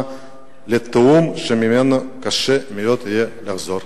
לתהום שממנה קשה מאוד יהיה לחזור.